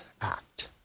act